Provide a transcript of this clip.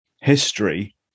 history